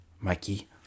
Mikey